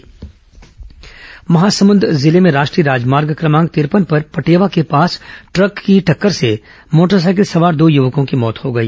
हादसा महासमुंद जिले में राष्ट्रीय राजमार्ग क्रमांक तिरपन पर पटेवा के पास ट्रक की टक्कर से मोटरसाइकिल सवार दो युवकों की मौत हो गई